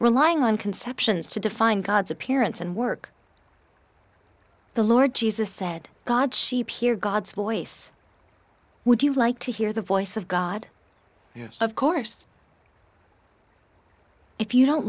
relying on conceptions to define god's appearance and work the lord jesus said god sheep hear god's voice would you like to hear the voice of god of course if you don't